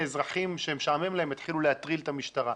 אזרחים שמשעמם להם יתחילו להטריל את המשטרה.